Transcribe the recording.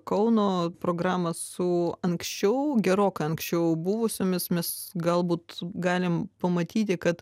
kauno programą su anksčiau gerokai anksčiau buvusiomis mes galbūt galim pamatyti kad